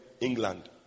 England